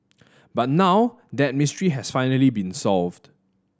but now that mystery has finally been solved